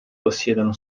possiedono